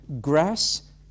grass